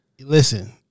Listen